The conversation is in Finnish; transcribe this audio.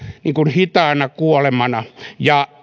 hitaana kuolemana ja